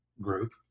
group